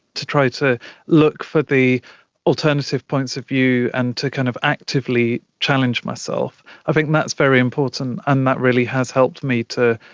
to try to look for the alternative points of view and to kind of actively challenge myself. i think that's very important and that really has helped me to,